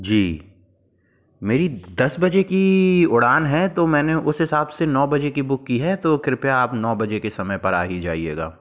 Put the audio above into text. जी मेरी दस बजे की उड़ान है तो मैंने उस हिसाब से नौ बजे की बुक की है तो कृपया आप नौ बजे के समय पर आ ही जाइएगा